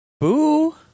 Boo